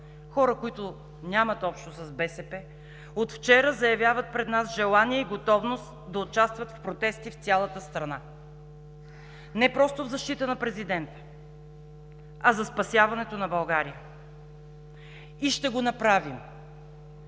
хора, които нямат общо с БСП, от вчера заявяват пред нас желание и готовност да участват в протести в цялата страна. Не просто в защита на президента, а за спасяването на България. И ще го направим!